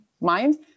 mind